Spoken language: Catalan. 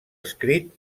escrit